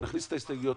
נכניס את ההסתייגויות.